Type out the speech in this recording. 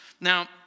Now